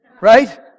Right